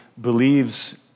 believes